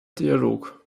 dialog